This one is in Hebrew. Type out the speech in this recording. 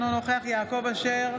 אינו נוכח יעקב אשר,